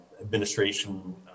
administration